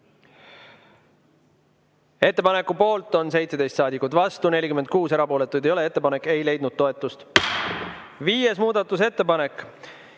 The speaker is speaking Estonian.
Ettepaneku poolt on 17 saadikut, vastu 46, erapooletuid ei ole. Ettepanek ei leidnud toetust. Viies muudatusettepanek.